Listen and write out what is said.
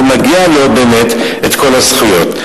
ומגיעות לו באמת כל הזכויות.